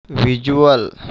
visual